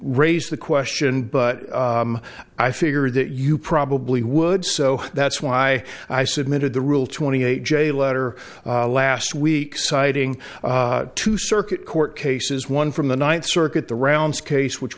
raise the question but i figured that you probably would so that's why i submitted the rule twenty eight j letter last week citing two circuit court cases one from the ninth circuit the rounds case which